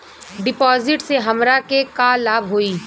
डिपाजिटसे हमरा के का लाभ होई?